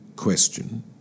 Question